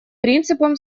принципом